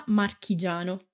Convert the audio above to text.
marchigiano